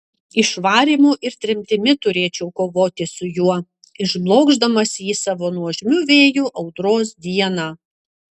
išvarymu ir tremtimi turėčiau kovoti su juo išblokšdamas jį savo nuožmiu vėju audros dieną